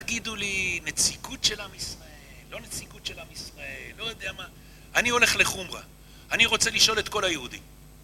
תגידו לי, נציגות של עם ישראל, לא נציגות של עם ישראל, לא יודע מה, אני הולך לחומרה, אני רוצה לשאול את כל היהודים